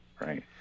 Right